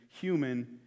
human